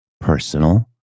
personal